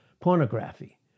pornography